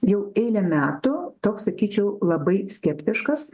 jau eilę metų toks sakyčiau labai skeptiškas